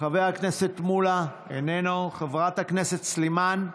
חבר הכנסת מולה, איננו, חברת הכנסת סלימאן,